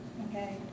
Okay